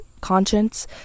conscience